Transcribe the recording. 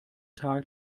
tag